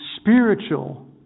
spiritual